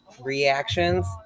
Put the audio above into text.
Reactions